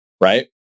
right